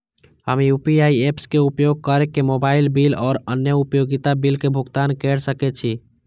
हम UPI apps के उपयोग केर के मोबाइल बिल और अन्य उपयोगिता बिल के भुगतान केर सके छी